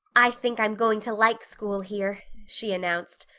i think i'm going to like school here, she announced.